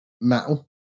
metal